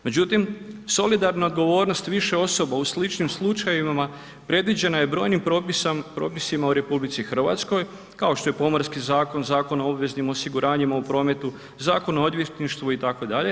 Međutim solidarna odgovornost više osoba u sličnim slučajevima predviđena je brojnim propisima u RH kao što je Pomorski zakon, Zakon o obveznim osiguranjima u prometu, Zakon o odvjetništvu itd.